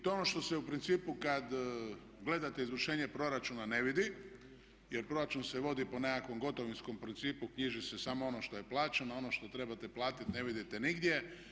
To je ono što se u principu kad gledate izvršenje proračuna ne vidi jer proračun se vodi po nekakvom gotovinskom principu, knjiži se samo ono što je plaćeno a ono što trebate platiti ne vidite nigdje.